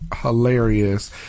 hilarious